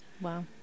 Wow